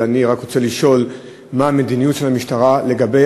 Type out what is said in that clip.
אלא אני רק רוצה לשאול מה המדיניות של המשטרה לגבי